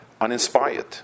uninspired